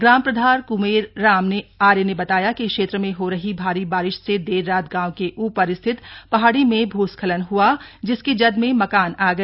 ग्राम प्रधान क्मेर राम आर्य ने बताया कि क्षेत्र में हो रही भारी बारिश से देर रात गांव के ऊपर स्थित पहाड़ी में भूस्खलन हुआ जिसकी जद में मकान आ गया